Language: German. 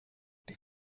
die